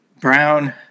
Brown